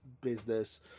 business